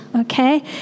okay